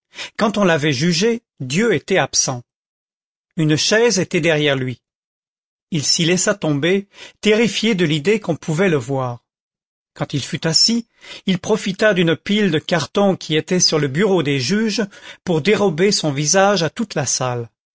quand on l'avait jugé dieu était absent une chaise était derrière lui il s'y laissa tomber terrifié de l'idée qu'on pouvait le voir quand il fut assis il profita d'une pile de cartons qui était sur le bureau des juges pour dérober son visage à toute la salle